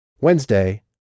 Wednesday